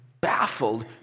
baffled